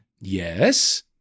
Yes